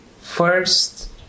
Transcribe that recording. first